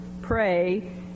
pray